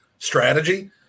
Strategy